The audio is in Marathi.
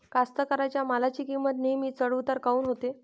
कास्तकाराइच्या मालाची किंमत नेहमी चढ उतार काऊन होते?